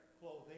clothing